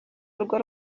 urwo